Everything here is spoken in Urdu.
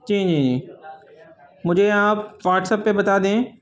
جی جی جی مجھے آپ واٹس ایپ پہ بتا دیں